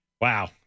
Wow